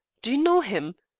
do you know him?